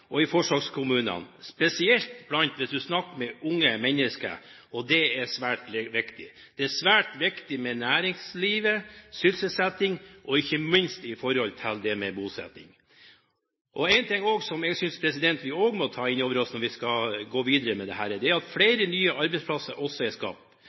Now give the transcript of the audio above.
og i forsøkskommunene, spesielt hvis du snakker med unge mennesker. Og det er svært viktig. Det er svært viktig i forhold til næringsliv, sysselsetting, og ikke minst bosetting. En annen ting som jeg synes vi må ta inn over oss når vi skal gå videre med dette, er at det også er